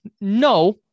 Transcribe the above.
No